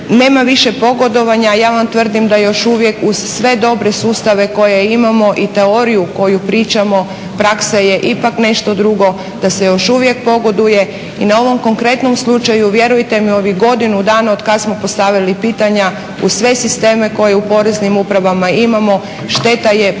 nema više pogodovanja, ja vam tvrdim da još uvijek uz sve dobre sustave koje imamo i teoriju koju pričamo praksa je ipak nešto drugo, da se još uvijek pogoduje. I na ovom konkretnom slučaju, vjerujete mi u ovih godinu dana od kad smo postavili pitanja, u sve sisteme koje u poreznim upravama imamo, šteta je puno